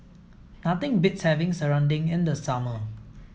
nothing beats having serunding in the summer